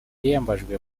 hiyambajwe